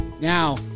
Now